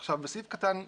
בסעיף קטן (ג),